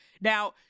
Now